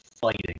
fighting